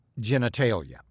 genitalia